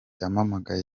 ampamagaye